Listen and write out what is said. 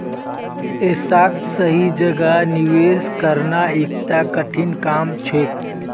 ऐसाक सही जगह निवेश करना एकता कठिन काम छेक